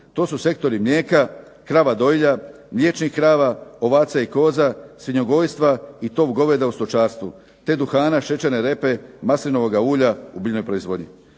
To su sektori mlijeka, krava dojilja, mliječnih krava, ovaca i koza, svinjogojstva i top goveda u stočarstvu te duhana, šećerne repe, maslinovog ulja u biljnoj proizvodnji.